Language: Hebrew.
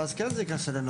ואז זה כן ייכנס אלינו,